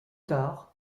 tard